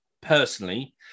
personally